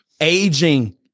Aging